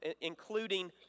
including